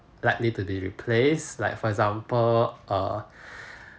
likely do they replace like for example err